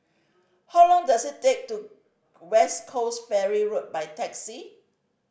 how long does it take to West Coast Ferry Road by taxi